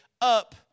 up